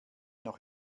noch